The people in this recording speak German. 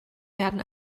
werden